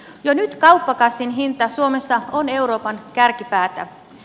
jo nyt kauppakassin hinta suomessa on euroopan kärkipäätä